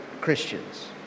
Christians